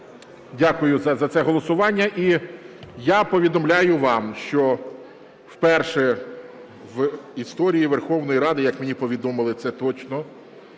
дякую за це голосування. І я повідомляю вам, що вперше в історії Верховної Ради, як мені повідомили, це точно,